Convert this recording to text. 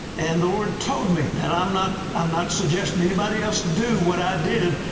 and the lord told me, and i'm not i'm not suggesting anybody else do what i did,